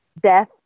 death